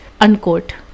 unquote